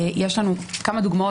יש לנו כמה דוגמאות,